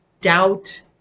doubt